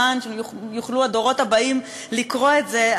למען יוכלו הדורות הבאים לקרוא את זה,